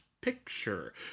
picture